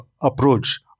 approach